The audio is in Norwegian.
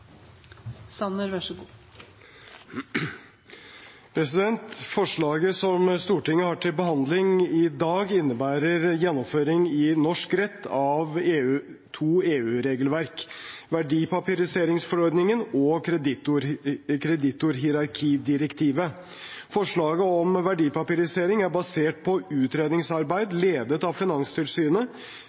Forslaget som Stortinget har til behandling i dag, innebærer gjennomføring i norsk rett av to EU-regelverk, verdipapiriseringsforordningen og kreditorhierarkidirektivet. Forslaget om verdipapirisering er basert på utredningsarbeid ledet av Finanstilsynet